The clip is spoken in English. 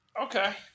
Okay